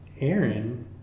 Aaron